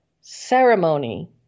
ceremony